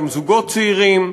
גם זוגות צעירים.